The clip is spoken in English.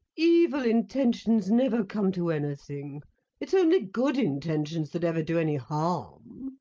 evil intentions never come to any thing it's only good intentions that ever do any harm.